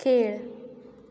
खेळ